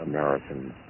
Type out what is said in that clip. Americans